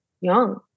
young